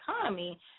economy